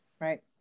right